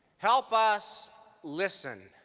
help us listen.